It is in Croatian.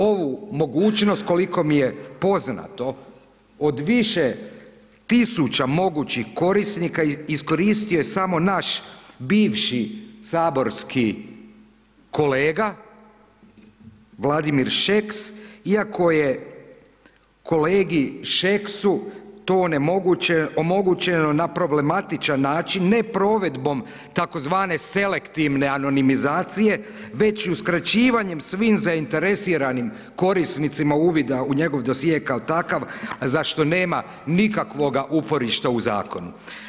Ovu mogućnost koliko mi je poznato od više tisuća mogućih korisnika iskoristio je samo naš bivši saborski kolega Vladimir Šeks, iako je kolegi Šeksu to omogućeno na problematičan način ne provedbom tzv. selektivne anonimizacije već uskraćivanjem svim zainteresiranim korisnicima uvida u njegov dosije kao takav, zašto nema nikakvoga uporišta u zakonu.